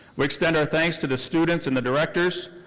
we extend our thanks to the students and the directors,